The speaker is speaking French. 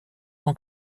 son